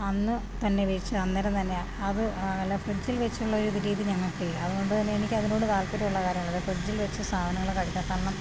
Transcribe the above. അന്ന് തന്നെ ഉപയോഗിച്ചു അന്നേരം തന്നെ അത് അല്ലാതെ ഫ്രിഡ്ജിൽ വച്ചുള്ള ഒരു രീതി ഞങ്ങൾക്ക് ഇല്ല അതുകൊണ്ട് തന്നെ എനിക്ക് അതിനോട് താല്പര്യമുള്ള കാര്യങ്ങൾ ഫ്രിഡ്ജിൽ വച്ച സാധനങ്ങൾ കഴിക്കരുതൊന്നും